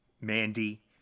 Mandy